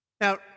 Now